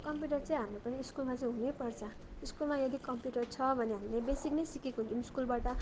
computer चाहिँ हाम्रो पनि स्कुलमा चाहिँ हुनैपर्छ स्कुलमा यदि कम्प्युटर छ भने हामीले बेसिक नै सिकेको हुन्छौँ स्कुलबाट